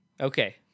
okay